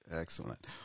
Excellent